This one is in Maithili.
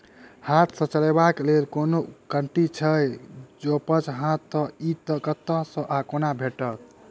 हाथ सऽ चलेबाक लेल कोनों कल्टी छै, जौंपच हाँ तऽ, इ कतह सऽ आ कोना भेटत?